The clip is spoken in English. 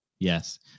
Yes